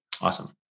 Awesome